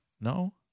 No